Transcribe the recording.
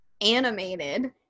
animated